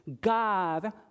God